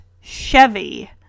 Chevy